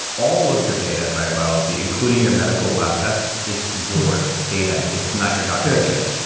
all of your data by your biology, including your medical lab tests, it's your data, it's not your doctor's data.